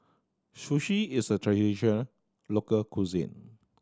sushi is a traditional local cuisine